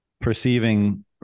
perceiving